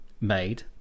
made